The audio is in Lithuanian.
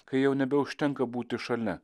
kai jau nebeužtenka būti šalia